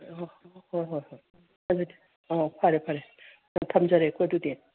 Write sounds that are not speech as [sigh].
ꯍꯣꯏ ꯍꯣꯏ ꯍꯣꯏ [unintelligible] ꯑꯣ ꯐꯔꯦ ꯐꯔꯦ ꯊꯝꯖꯔꯦꯀꯣ ꯑꯗꯨꯗꯤ